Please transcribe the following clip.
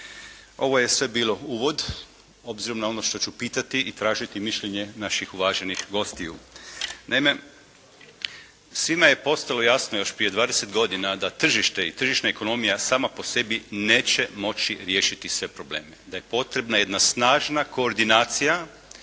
Ovo je sve bilo uvod, obzirom na ono što ću pitati i tražiti mišljenje naših uvaženih gostiju. Naime, svima je postalo jasno još prije 20 godina da tržište i tržišna ekonomija sama po sebi neće moći riješiti sve probleme, da je potrebna jedna snažna koordinacija